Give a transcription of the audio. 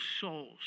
souls